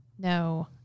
No